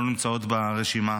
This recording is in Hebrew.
לא נמצאים ברשימה.